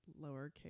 lowercase